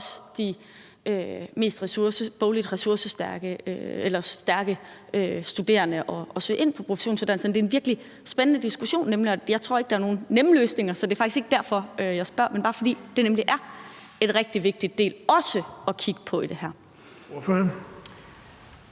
for også de bogligt mest ressourcestærke studerende at søge ind på professionsuddannelserne. Det er nemlig en virkelig spændende diskussion, og jeg tror ikke, at der er nogen nemme løsninger, så det er faktisk ikke derfor, at jeg spørger. Men det er bare, fordi det også er rigtig vigtigt at kigge på den del